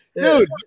Dude